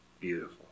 beautiful